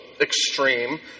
extreme